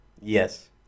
Yes